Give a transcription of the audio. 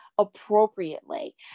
appropriately